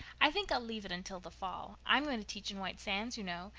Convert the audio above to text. i think i'll leave it until the fall. i'm going to teach in white sands, you know.